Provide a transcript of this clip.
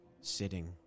sitting